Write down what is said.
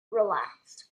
relaxed